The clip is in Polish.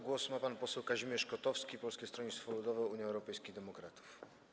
Głos ma pan poseł Kazimierz Kotowski, Polskie Stronnictwo Ludowe - Unia Europejskich Demokratów.